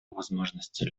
возможностей